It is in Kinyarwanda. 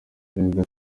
perezida